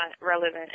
relevant